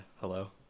hello